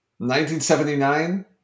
1979